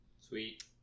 Sweet